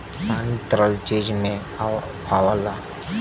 पानी तरल चीज में आवला